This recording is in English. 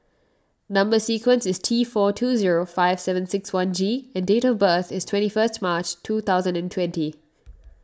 Number Sequence is T four two zero five seven six one G and date of birth is twenty first March two thousand and twenty